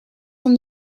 from